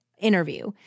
interview